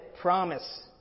promise